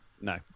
No